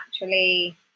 naturally